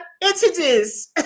introduce